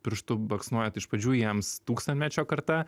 pirštu baksnoja tai iš pradžių jiems tūkstantmečio karta